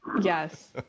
Yes